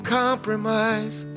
compromise